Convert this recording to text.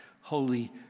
holy